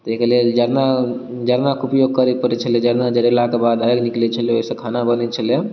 ताहि कऽ लेल जड़ना जड़ना कऽ उपयोग करैत पड़ैत छलै जड़ना जड़ेलाक बाद आगि निकलैत छलै ओहिसँ खाना बनैत छलै